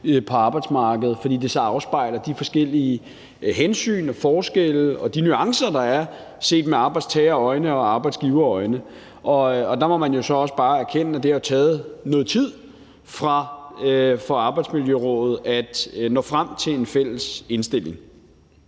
på arbejdsmarkedet, fordi det så afspejler de forskellige hensyn og forskelle og nuancer, der er, set med arbejdstagerøjne og arbejdsgiverøjne. Der må man jo så også bare erkende, at det har taget noget tid for Arbejdsmiljørådet at nå frem til en fælles indstilling.